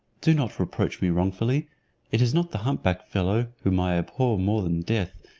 do not reproach me wrongfully it is not the hump-back fellow, whom i abhor more than death,